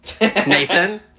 Nathan